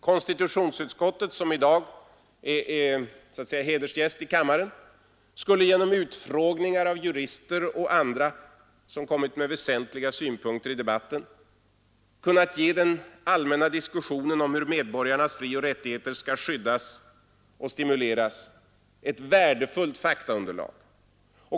Konstitutionsutskottet, som så att säga i dag är hedersgäst i kammaren, skulle genom utfrågningar av jurister och andra som kommit med väsentliga synpunkter i debatten kunnat ge den allmänna diskussio nen om hur medborgarnas f och rättigheter skall skyddas och stimuleras ett värdefullt faktaunderlag.